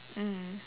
mm